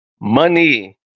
money